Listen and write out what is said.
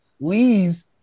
leaves